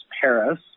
Paris